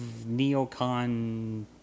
neocon